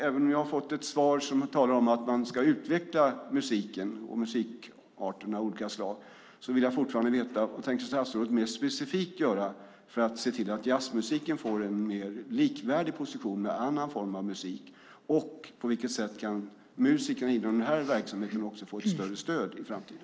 Även om jag har fått svar som talar om att man ska utveckla musiken och musikarterna av olika slag, vill jag fortfarande veta vad statsrådet mer specifikt tänker göra för att se till att jazzmusiken får en mer likvärdig position med annan form av musik. På vilket sätt kan musiker inom den här verksamheten få ett större stöd i framtiden?